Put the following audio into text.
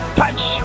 Touch